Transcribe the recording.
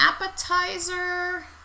appetizer